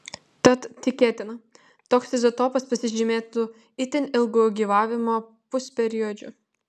tad tikėtina toks izotopas pasižymėtų itin ilgu gyvavimo pusperiodžiu